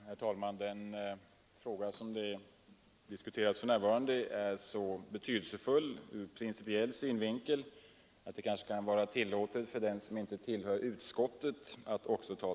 Herr talman! Den fråga som diskuteras för närvarande är så betydelsefull ur principiell synvinkel att det kanske kan vara tillåtet även för den som inte tillhör utskottet att ta till orda.